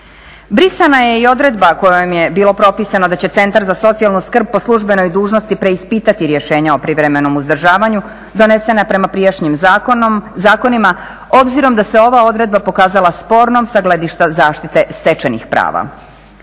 Brisana je i odredba kojom je bilo propisano da će Centar za socijalnu skrb po službenoj dužnosti preispitati rješenja o privremenom uzdržavanju donesena je prema prijašnjim zakonima obzirom da se ova odredba pokazala spornom sa gledišta zaštite stečajnih prava.